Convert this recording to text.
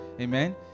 Amen